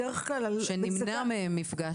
שנמנע מהם מפגש.